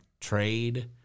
Trade